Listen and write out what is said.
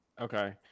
Okay